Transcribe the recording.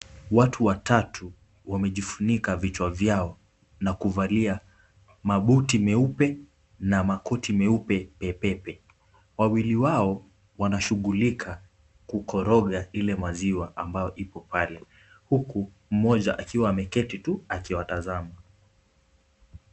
Watu watatu wamejifunika vichwa vyao na kuvalia mabuti meupe na makoti meupe pepepe. Wawili wao wanashughulika kukoroga ile maziwa ambayo ipo pale huku mmoja akiwa ameketi tu akiwatazama.